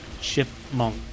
chipmunk